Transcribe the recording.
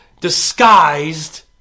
disguised